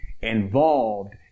involved